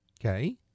Okay